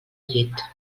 llit